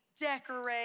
decorate